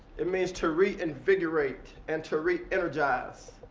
it means to reinvigorate and to reenergize.